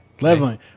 Leveling